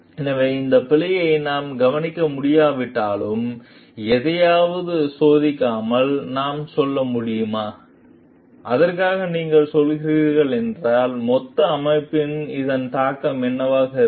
எனவே இந்த பிழையை நாம் கவனிக்க முடியாவிட்டாலும் எதையாவது சோதிக்காமல் நாம் செல்ல முடியுமா அதற்காக நீங்கள் செல்கிறீர்கள் என்றால் மொத்த அமைப்பில் இதன் தாக்கம் என்னவாக இருக்கும்